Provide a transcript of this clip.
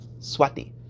Swati